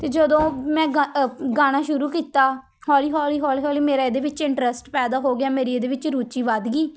ਅਤੇ ਜਦੋਂ ਮੈਂ ਗਾ ਅ ਗਾਉਣਾ ਸ਼ੁਰੂ ਕੀਤਾ ਹੌਲੀ ਹੌਲੀ ਹੌਲੀ ਹੌਲੀ ਮੇਰਾ ਇਹਦੇ ਵਿੱਚ ਇੰਟਰਸਟ ਪੈਦਾ ਹੋ ਗਿਆ ਮੇਰੀ ਇਹਦੇ ਵਿੱਚ ਰੁਚੀ ਵੱਧ ਗਈ